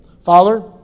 Father